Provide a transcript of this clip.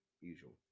usual